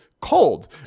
cold